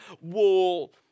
wall